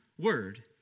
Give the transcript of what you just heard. word